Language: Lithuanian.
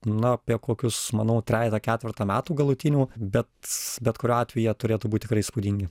na apie kokius manau trejetą ketvertą metų galutinių bet bet kuriuo atveju jie turėtų būt tikrai įspūdingi